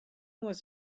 was